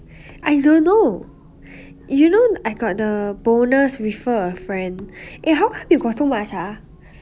I don't know you know I got the bonus refer a friend eh how come you got so much ah